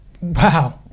Wow